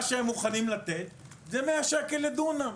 מה שהם מוכנים לתת זה 100 שקל לדונם.